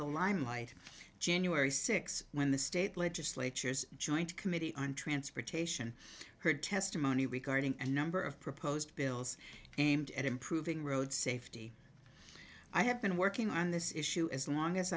the limelight january sixth when the state legislature's joint committee on transportation heard testimony regarding a number of proposed bills aimed at improving road safety i have been working on this issue as long as